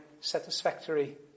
satisfactory